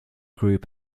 group